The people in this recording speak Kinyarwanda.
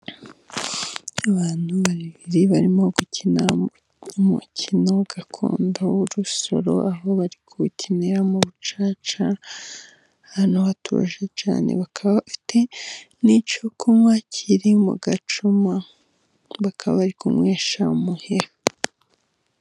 Abantu babiri barimo gukina umukino gakondo w'urusoro, aho bari kuwukinira mu bucaca, ahantu hatuje cyane, bakaba bafite n'icyo kunywa kiri mu gacuma, bakaba bari kunywesha umuheha.